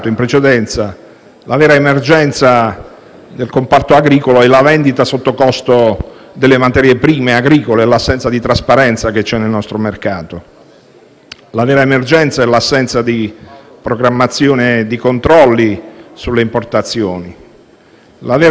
La vera emergenza è l'assenza di programmazione e di controlli sulle importazioni. La vera emergenza è lo scarso contrasto alle concentrazioni e alle speculazioni. La vera emergenza è non voler ammettere che